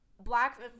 black